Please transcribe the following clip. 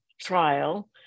trial